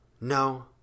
No